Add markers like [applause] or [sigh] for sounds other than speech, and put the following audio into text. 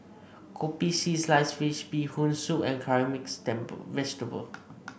Kopi C Sliced Fish Bee Hoon Soup and Curry Mixed [unintelligible] Vegetable